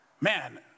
man